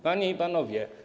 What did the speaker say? Panie i Panowie!